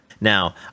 Now